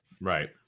Right